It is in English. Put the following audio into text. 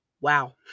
Wow